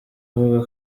avuga